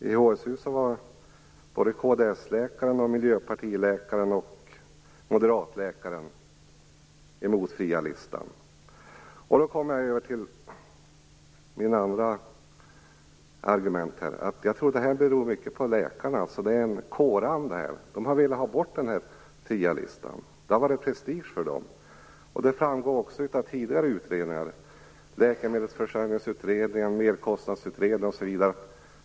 I HSU 2000 var både kdläkaren, miljöpartiläkaren och moderatläkaren emot den fria listan. Jag kommer då över till mitt andra argument. Jag tror att det här beror mycket på läkarna. Det finns en kåranda här. De har velat ha bort den fria listan. Det har varit prestige för dem. Det framgår även av tidigare utredningar, t.ex. Läkemedelsförsörjningsutredningen, Merkostnadsutredningen, osv.